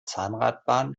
zahnradbahn